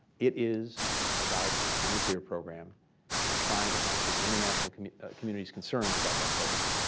it is about the nuclear program and trying to answer the international community's concerns about that program.